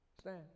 stand